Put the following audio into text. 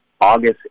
August